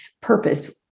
purpose